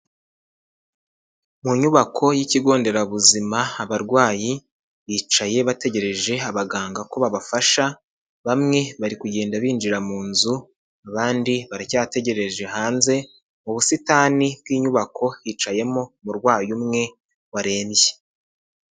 Mu nyubako y'ikigo nderabuzima abarwayi bicaye bategereje abaganga ko babafasha, bamwe bari kugenda binjira mu nzu, abandi baracyategereje hanze, mu busitani bw'inyubako hicayemo umurwayi umwe warembye.